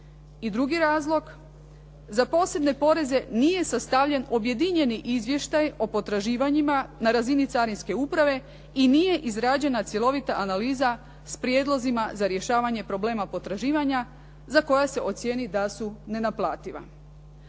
I drugi razlog: "Za posebne poreze nije sastavljen objedinjeni izvještaj o potraživanjima na razini carinske uprave i nije izrađena cjelovita analiza s prijedlozima za rješavanje problema potraživanja za koja se ocijeni da su nenaplativa.".